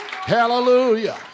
Hallelujah